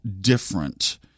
different